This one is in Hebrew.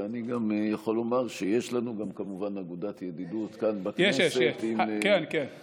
ואני גם יכול לומר שיש לנו גם כמובן אגודת ידידות כאן בכנסת עם אתיופיה.